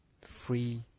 free